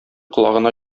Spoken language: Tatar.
колагына